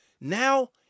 Now